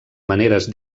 maneres